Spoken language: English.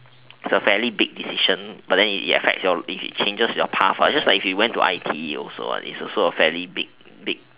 it's a fairly big decision but then it affects your it changes your path it's just like if you went to I_T_E also what it's also a fairly big big